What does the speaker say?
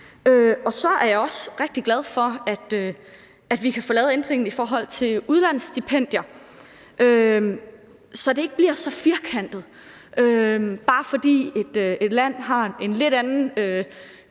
Så er jeg også rigtig glad for, at vi kan få lavet ændringen i forhold til udlandsstipendier, så det ikke bliver så firkantet, bare fordi et land har en lidt anden